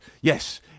Yes